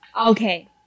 Okay